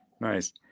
Nice